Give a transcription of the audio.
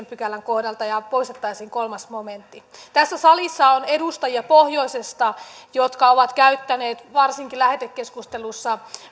pykälän kohdalta ja poistettaisiin kolmas momentti tässä salissa on edustajia pohjoisesta jotka ovat käyttäneet varsinkin lähetekeskustelussa